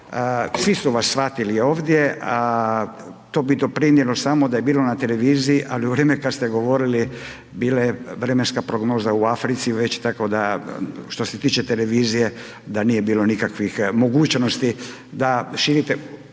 svi su vas shvatili ovdje, to bi doprinijelo samo da je bilo na televiziji ali u vrijeme kad ste govorili, bila je vremenska prognoza u Africi već tako da što se tiče televizije da nije bilo nikakvih mogućnosti da širite